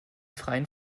freien